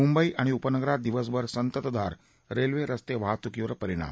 मुंबई आणि उपनगरात दिवसभर संततधार रेल्वे रस्ते वाहतुकीवर परिणाम